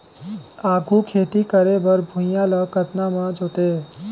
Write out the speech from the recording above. आघु खेती करे बर भुइयां ल कतना म जोतेयं?